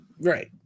Right